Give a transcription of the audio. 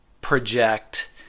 project